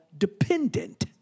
Dependent